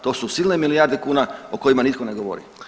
To su silne milijarde kuna o kojima nitko ne govori.